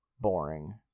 boring